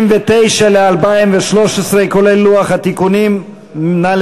78, לשנת 2014, כנוסח הוועדה.